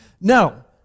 Now